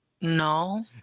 No